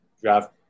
Draft